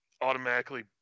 automatically